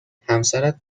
همسرت